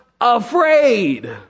afraid